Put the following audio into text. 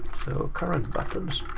so current button